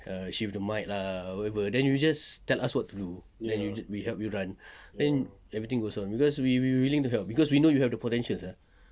ya shift the mic lah whatever then you just tell us what to do then we help you run then everything goes on cause we we willing to help cause we know you have the potential sia